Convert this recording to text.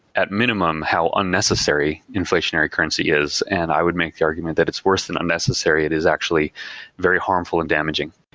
at minimum, how unnecessary inflationary currency is, and i would make the argument that it's worse than unnecessary. it is actually very harmful and damaging.